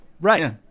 right